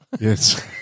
Yes